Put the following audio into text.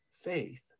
Faith